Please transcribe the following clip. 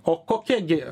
o kokia gi